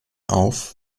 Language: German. auf